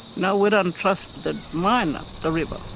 now we don't and trust the mine up the river.